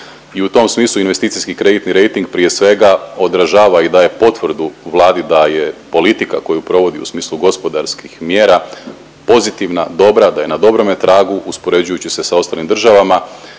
i u tom smislu investicijski kreditni rejting prije svega održava i daje potvrdu Vladi da je politika koju provodi u smislu gospodarskih mjera pozitivna, dobra, da je na dobrome tragu uspoređujući se sa ostalim državama.